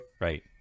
right